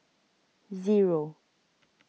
zero